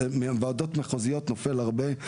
על ועדות מחוזיות נופל הרבה.